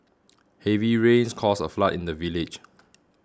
heavy rains caused a flood in the village